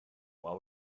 while